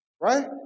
right